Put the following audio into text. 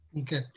Okay